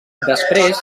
després